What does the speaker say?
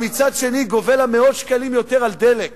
אבל מצד שני גובה ממנה מאות שקלים יותר על דלק?